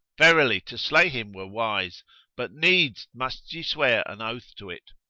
verily, to slay him were wise but needs must ye swear an oath to it.